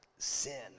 sin